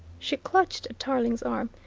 she clutched at tarling's arm.